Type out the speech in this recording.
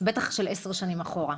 בטח של עשר שנים אחורה.